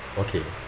okay